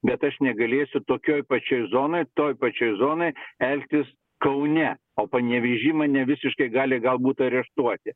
bet aš negalėsiu tokioj pačioj zonoj toj pačioj zonoj elgtis kaune o panevėžy mane visiškai gali galbūt areštuoti